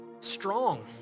strong